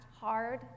hard